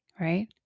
right